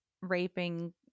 raping